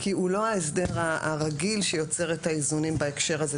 כי הוא לא ההסדר הרגיל שיוצר את האיזונים בהקשר הזה.